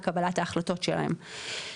בקבלת ההחלטות שלהם.